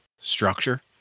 structure